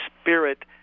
Spirit